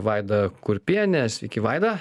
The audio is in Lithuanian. vaida kurpienė sveiki vaida